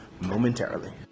momentarily